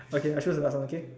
okay I choose the last one okay